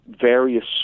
various